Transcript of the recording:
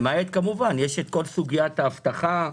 למעט כל סוגיית האבטחה,